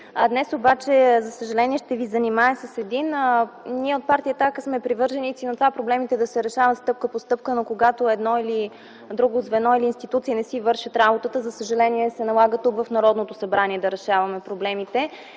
Днес обаче за съжаление ще Ви занимая с един проблем. Ние от Партия „Атака” сме привърженици на това проблемите да се решават стъпка по стъпка, но когато едно или друго звено или институция не си вършат работата, за съжаление, се налага тук, в Народното събрание, да ги решаваме.